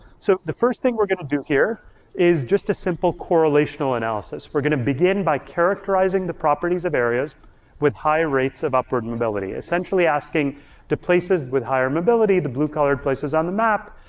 so the first thing we're gonna do here is just a simple correlational analysis. we're gonna begin by characterizing the properties of areas with high rates of upward mobility. essentially asking the places with higher mobility, the blue-colored places on the map,